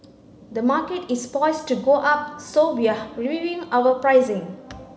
the market is poised to go up so we're reviewing our pricing